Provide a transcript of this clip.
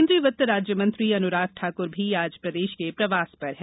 केन्द्रीय वित्त राज्यमंत्री अनुराग ठाक्र भी आज प्रदेश के प्रवास पर है